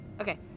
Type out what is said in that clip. Okay